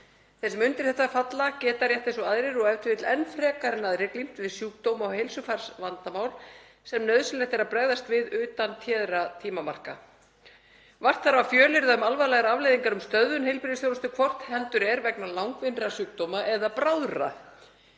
Þeir sem undir þetta falla geta, rétt eins og aðrir og e.t.v. enn frekar en aðrir, glímt við sjúkdóma og heilsufarsvandamál sem nauðsynlegt er að bregðast við utan téðra tímamarka. Vart þarf að fjölyrða um alvarlegar afleiðingar sem stöðvun heilbrigðisþjónustu, hvort heldur er vegna langvinnra sjúkdóma eða bráðra,